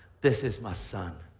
this is my son